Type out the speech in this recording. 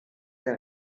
der